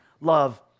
love